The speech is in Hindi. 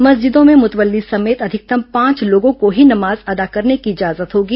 मस्जिदों में मुतवल्ली समेत अधिकतम पांच लोगों को ही नमाज अदा करने की इजाजत होगी